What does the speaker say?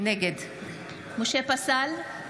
נגד משה פסל,